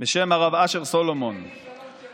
בשם הרב אשר סלומון ז"ל.